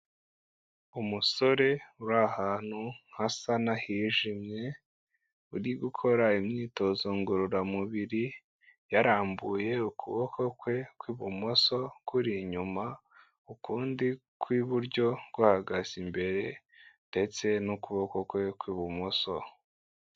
Umusore uri ahantu hasa n'ahijimye uri gukora imyitozo ngororamubiri, yarambuye ukuboko kwe kw'ibumoso kuri inyuma ukundi kw'iburyo guhagaze imbere ndetse n'ukuboko kwe kw'ibumoso.